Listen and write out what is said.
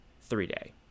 three-day